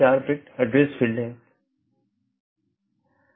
16 bit से 216 संख्या संभव है जो कि एक बहुत बड़ी संख्या है